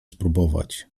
spróbować